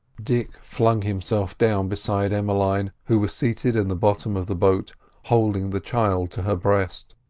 dick flung himself down beside emmeline, who was seated in the bottom of the boat holding the child to her breast.